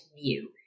view